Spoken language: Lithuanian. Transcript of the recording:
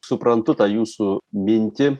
suprantu tą jūsų mintį